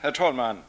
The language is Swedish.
Herr talman!